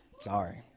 sorry